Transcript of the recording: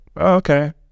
okay